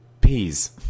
peas